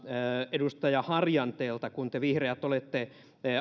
edustaja harjanteelta kun te vihreät olette